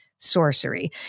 sorcery